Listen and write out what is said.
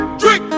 drink